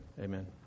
amen